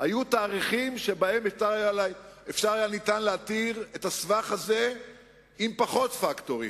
היו תאריכים שבהם ניתן היה להתיר את הסבך הזה עם פחות פקטורים.